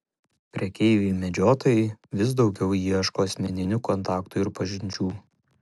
prekeiviai medžiotojai vis daugiau ieško asmeninių kontaktų ir pažinčių